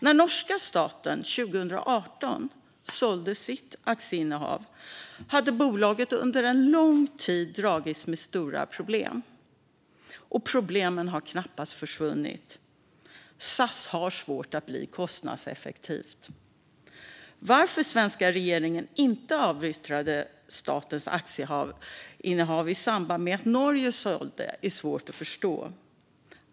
När norska staten 2018 sålde sitt aktieinnehav hade bolaget under lång tid dragits med stora problem. Problemen har knappast försvunnit. SAS har svårt att bli kostnadseffektivt. Varför den svenska regeringen inte avyttrade statens aktieinnehav i samband med att Norge sålde är svårt att förstå.